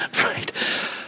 right